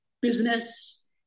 business